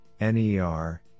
NER